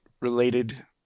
related